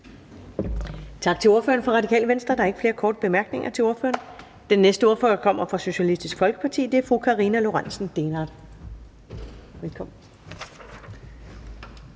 Tak til ordføreren for Radikale Venstre. Der er ikke flere korte bemærkninger til ordføreren. Den næste ordfører kommer fra Socialistisk Folkeparti, og det er fru Karina Lorentzen Dehnhardt. Velkommen.